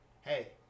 hey